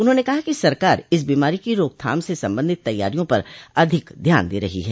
उन्होंने कहा कि सरकार इस बीमारी की रोकथाम से संबंधित तैयारियों पर अधिक ध्यान दे रही है